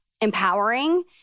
empowering